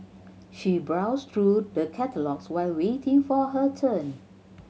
she browsed through the catalogues while waiting for her turn